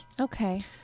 Okay